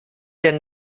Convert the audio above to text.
denn